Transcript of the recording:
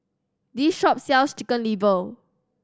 this shop sells Chicken Liver